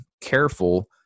careful